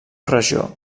regió